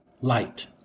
light